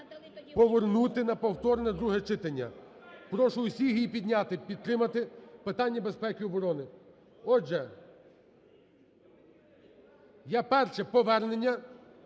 повернути на повторне друге читання. Прошу всіх її підняти, підтримати – питання безпеки й оборони. Отже, є, перше, повернення